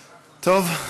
טוב.